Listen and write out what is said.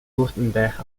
württemberg